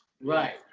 right